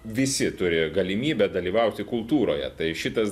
visi turėjo galimybę dalyvauti kultūroje tai šitas